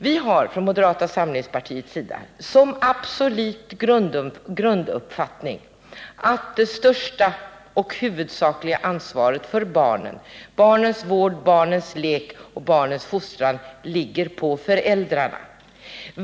Vi har från moderata samlingspartiets sida som absolut grunduppfattning att det stora och huvudsakliga ansvaret för barnen — barnens vård, barnens lek och barnens fostran — ligger på föräldrarna.